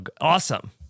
awesome